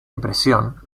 impresión